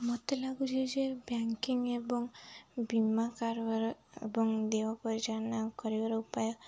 ମତେ ଲାଗୁଚି ଯେ ବ୍ୟାଙ୍କିଂ ଏବଂ ବୀମା କାରବାର ଏବଂ ଦେୟ ପରିଚାନା କରିବାର ଉପାୟ